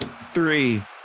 three